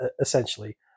essentially